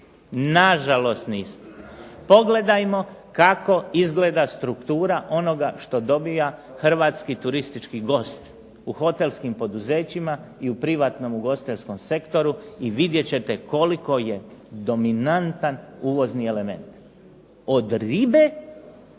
Na žalost nismo. Pogledajmo kako izgleda struktura onoga što dobija hrvatski turistički gost, u hotelskim poduzećima i u privatnom ugostiteljskom sektoru i vidjet ćete koliko je dominantan uvozni element, od ribe